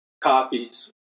copies